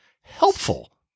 helpful